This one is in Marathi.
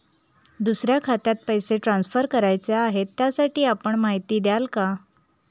दुसऱ्या खात्यात पैसे ट्रान्सफर करायचे आहेत, त्यासाठी आपण माहिती द्याल का?